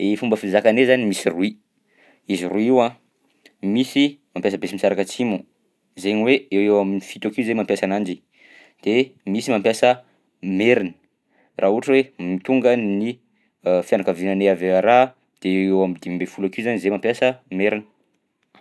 I fomba fizakanay zany misy roy, izy roy io a misy mampisa besimisaraka atsimo zaigny hoe eo ho eo am'fito akeo zay mampiasa ananjy de misy mampiasa merina, raha ohatra hoe m- tonga ny fianakaviananay avy araha de eo ho eo am'dimy amby folo akeo zany zay mampiasa merina.